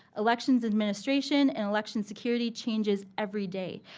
elections administration and election security changes every day.